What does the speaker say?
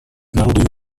народу